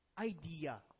idea